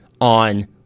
on